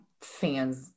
fans